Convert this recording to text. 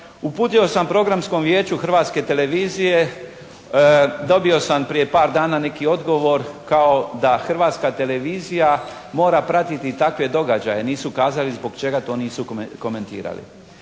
Uputio sam Programskom vijeću Hrvatske televizije, dobio sam prije par dana neki odgovor kao da Hrvatska televizija mora pratiti takve događaje. Nisu kazali zbog čega to nisu komentirali.